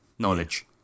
Knowledge